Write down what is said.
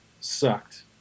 sucked